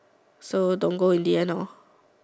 so don't go in the end lor